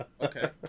Okay